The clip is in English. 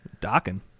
docking